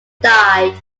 died